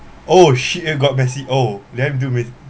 oh shit way got messy oh then do with